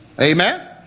Amen